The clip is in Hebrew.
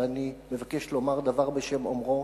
ואני מבקש לומר דבר בשם אומרו.